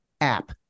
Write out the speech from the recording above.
app